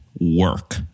work